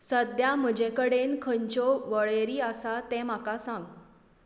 सध्या म्हजे कडेन खंयच्यो वळेरी आसा तें म्हाका सांग